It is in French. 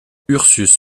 ursus